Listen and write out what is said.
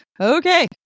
Okay